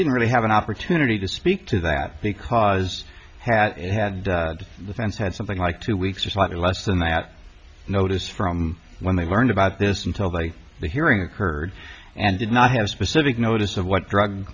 didn't really have an opportunity to speak to that because had it had to the fans had something like two weeks or slightly less than that notice from when they learned about this until they the hearing occurred and did not have specific notice of what drug